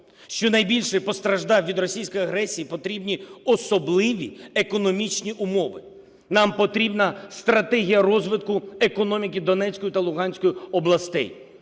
що найбільше постраждав від російської агресії, потрібні особливі економічні умови. Нам потрібна стратегія розвитку економіки Донецької та Луганської областей,